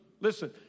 listen